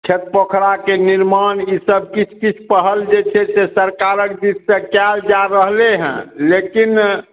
चकपोखराके निर्माण ई सभ किछु पहल जे चाही से सरकारक दिशसँ कयल जा रहलै हँ लेकिन